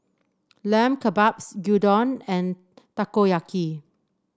Lamb Kebabs Gyudon and Takoyaki